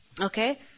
Okay